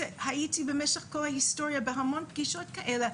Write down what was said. והייתי במשך כל ההיסטוריה בהמון פגישות כאלה,